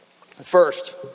First